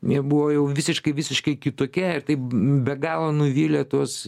ji buvo jau visiškai visiškai kitokia ir taip be galo nuvylė tuos